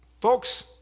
Folks